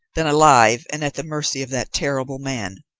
than alive, and at the mercy of that terrible man.